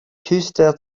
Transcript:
küste